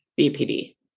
BPD